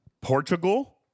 Portugal